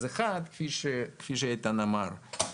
כפי שאיתן אמר,